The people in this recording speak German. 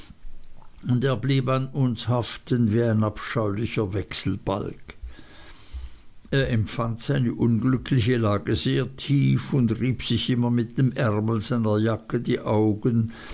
und er blieb an uns haften wie ein abscheulicher wechselbalg er empfand seine unglückliche lage sehr tief und rieb sich immer mit dem ärmel seiner jacke die augen